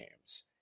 games